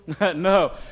No